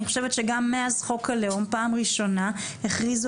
אני חושבת שגם מאז חוק הלאום פעם ראשונה הכריזו